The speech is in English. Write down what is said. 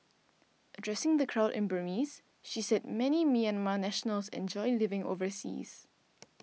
addressing the crowd in Burmese she said many Myanmar nationals enjoy living overseas